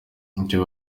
icyo